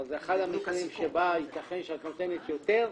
אבל זה אחד המקרים שבו ייתכן שאת נותנת יותר,